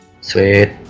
sweet